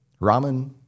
Ramen